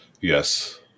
Yes